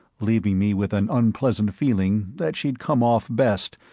leaving me with an unpleasant feeling that she'd come off best,